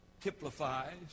typifies